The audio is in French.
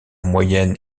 moyenne